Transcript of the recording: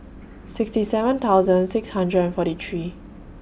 sixty seven thousand six hundred forty Free